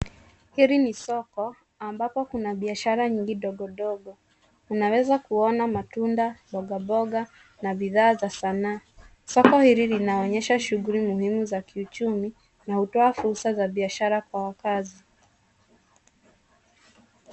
Hili ni soko ambapo kuna biashara nyingi ndogo ndogo. Tunaweza kuona matunda, mboga mboga na bidhaa za sanaa. Soko hili linaonyesha shughuli muhimu za kiuchumi na hutoa fursa za biashara kwa wakazi.